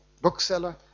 bookseller